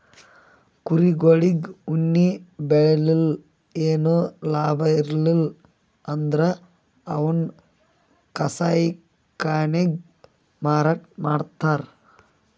ಕುರಿಗೊಳಿಗ್ ಉಣ್ಣಿ ಬೆಳಿಲಿಲ್ಲ್ ಏನು ಲಾಭ ಬರ್ಲಿಲ್ಲ್ ಅಂದ್ರ ಅವನ್ನ್ ಕಸಾಯಿಖಾನೆಗ್ ಮಾರಾಟ್ ಮಾಡ್ತರ್